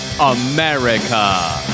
America